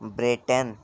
Britain